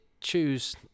choose